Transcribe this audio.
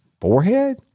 forehead